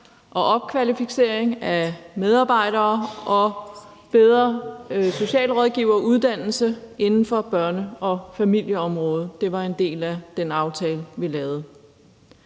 og opkvalificering af medarbejdere og bedre socialrådgiveruddannelse inden for børne- og familieområdet. Det var en del af den aftale, vi lavede.